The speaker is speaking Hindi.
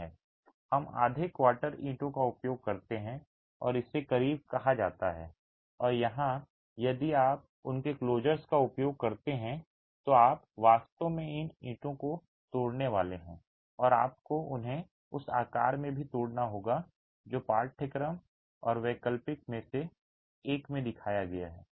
हम आधे क्वार्टर ईंटों का उपयोग करते हैं और इसे करीब कहा जाता है और यहां यदि आप उनके क्लोजर्स का उपयोग करते हैं तो आप वास्तव में इन ईंटों को तोड़ने वाले हैं और आपको उन्हें उस आकार में भी तोड़ना होगा जो पाठ्यक्रम और वैकल्पिक में से एक में दिखाया गया है